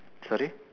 sorry